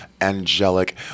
angelic